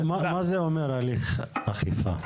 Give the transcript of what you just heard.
מה זה אומר הליך אכיפה?